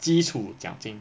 基础奖金